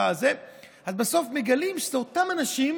אז בסוף מגלים שאלה אותם אנשים